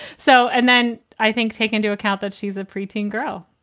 so and then i think take into account that she's a pre-teen girl,